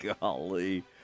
golly